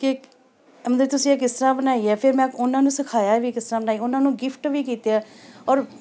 ਕਿ ਮਤਲਬ ਤੁਸੀਂ ਇਹ ਕਿਸ ਤਰ੍ਹਾਂ ਬਣਾਈ ਹੈ ਫਿਰ ਮੈਂ ਉਹਨਾਂ ਨੂੰ ਸਿਖਾਇਆ ਵੀ ਕਿਸ ਤਰ੍ਹਾਂ ਉਹਨਾਂ ਨੂੰ ਗਿਫਟ ਵੀ ਕੀਤੇ ਆ ਔਰ